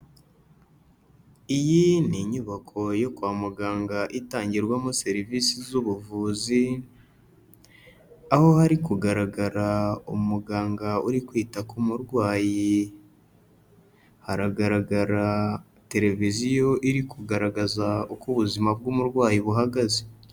Iyi ni inyubako yo kwa muganga itangirwamo serivisi z'ubuvuzi, aho hari kugaragara umuganga uri kwita ku murwayi. Haragaragara tereviziyo iri kugaragaza uko ubuzima bw'umurwayi buhagaze.